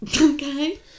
Okay